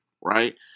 right